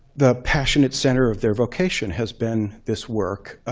the passionate center of their vocation has been this work.